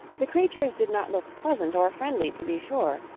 the creatures did not look pleasant or friendly, to be sure,